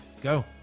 Go